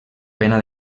pena